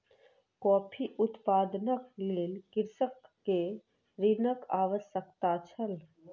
coffee उत्पादनक लेल कृषक के ऋणक आवश्यकता छल